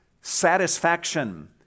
satisfaction